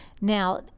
Now